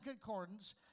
Concordance